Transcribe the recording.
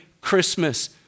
Christmas